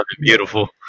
beautiful